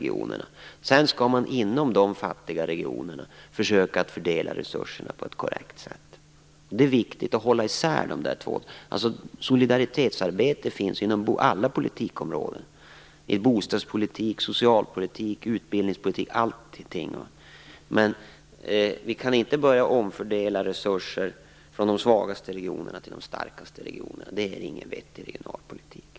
Inom de fattiga regionerna skall man sedan försöka att fördela resurserna på ett korrekt sätt. Det är viktigt att hålla isär dessa två saker. Solidaritetsarbete finns inom alla politikområden - t.ex. inom bostadspolitik, socialpolitik och utbildningspolitik - men vi kan inte börja omfördela resurser från de svagaste regionerna till de starkaste. Det är inte en vettig regionalpolitik.